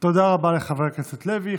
תודה רבה לחבר הכנסת לוי.